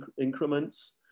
increments